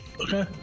Okay